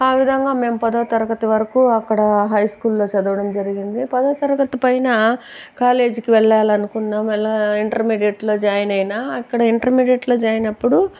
ఆ విధంగా మేము పదో తరగది వరకు అక్కడ హై స్కూల్లో చదవడం జరిగింది పదో తరగది పైన కాలేజీకి వెళ్లాలనుకున్నాం అలా ఇంటర్మీడియేట్లో జాయిన్ అయినా అక్కడ ఇంటర్మీడియేట్లో జాయిన్ అయినప్పుడు